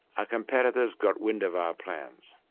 our competitors got wind of our plans.